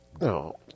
no